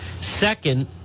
Second